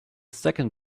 second